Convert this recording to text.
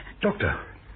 Doctor